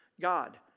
God